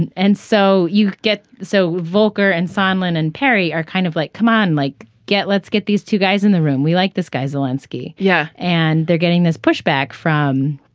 and and so you get so volcker and sunlen and perry are kind of like come on like get let's get these two guys in the room we like this guy zelinsky. yeah. and they're getting this pushback from